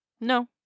No